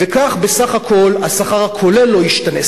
וכך בסך הכול השכר הכולל לא ישתנה.